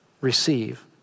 receive